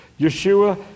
Yeshua